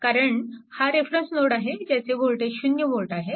कारण हा reference node आहे ज्याचे वोल्टेज 0V आहे